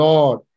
Lord